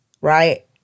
right